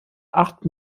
acht